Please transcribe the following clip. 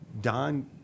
Don